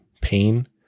pain